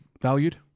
Valued